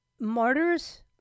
martyrs